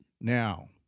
Now